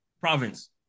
province